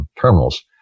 terminals